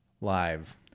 live